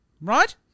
right